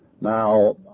Now